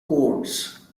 courts